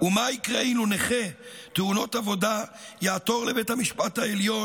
ומה יקרה אילו נכה תאונת עבודה יעתור לבית המשפט העליון